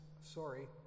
sorry